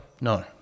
No